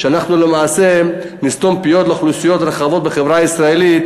כשלמעשה נסתום פיות לאוכלוסיות רחבות בחברה הישראלית,